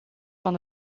van